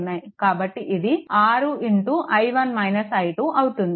కాబట్టి ఇది 6 అవుతుంది